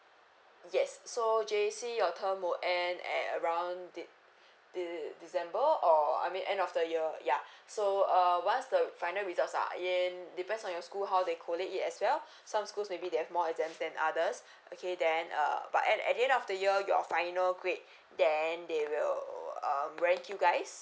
yes so J_C your term will end at around de~ de~ december or I mean end of the year yeah so uh once the final results are in depends on your school how they collect it as well some schools maybe they have more exams than others okay then uh but at at the end of the year your final grade then they will um rank you guys